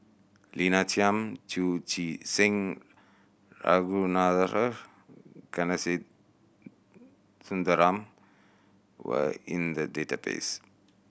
Lina Chiam Chu Chee Seng Ragunathar Kanagasuntheram were in the database